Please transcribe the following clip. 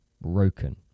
broken